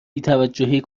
بیتوجهی